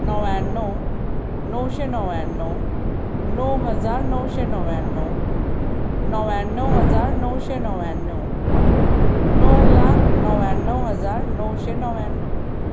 णव्याण्णव णवशे णव्याण्णव णव हजार णवशे णव्याण्णव णव्याण्णव हजार णवशे णव्याण्णव णव लाक णव्याण्णव हजार णवशे णव्याण्णव